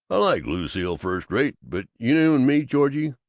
i like lucile first-rate, but you and me, george,